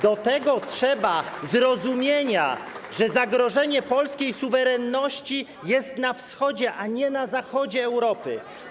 Do tego trzeba zrozumienia, że zagrożenie polskiej suwerenności jest na wschodzie, a nie na zachodzie Europy.